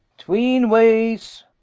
tweenwayes,